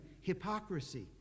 hypocrisy